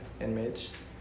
inmates